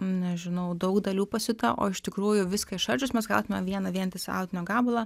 nežinau daug dalių pasiūta o iš tikrųjų viską išardžius mes gautume vieną vientisą audinio gabalą